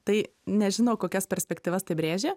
tai nežino kokias perspektyvas pabrėžia